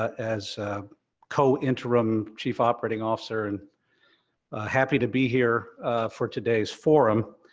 as co-interim chief operating officer, and happy to be here for today's forum.